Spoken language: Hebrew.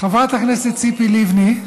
חברת הכנסת ציפי לבני,